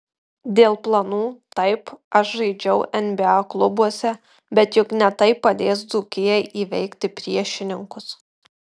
dėl planų taip aš žaidžiau nba klubuose bet juk ne tai padės dzūkijai įveikti priešininkus